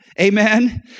Amen